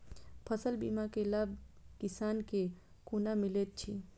फसल बीमा के लाभ किसान के कोना मिलेत अछि?